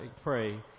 pray